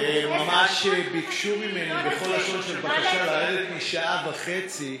ממש ביקשו ממני בכל לשון של בקשה לרדת משעה וחצי,